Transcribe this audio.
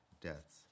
deaths